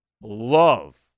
love